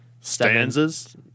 stanzas